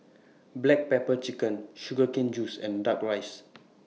Black Pepper Chicken Sugar Cane Juice and Duck Rice